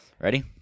Ready